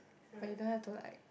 but you don't have to like